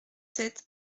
sept